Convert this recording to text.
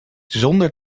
zonder